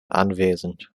anwesend